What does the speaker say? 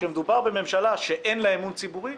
כשמדובר בממשלה שאין לה אמון ציבורי,